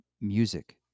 music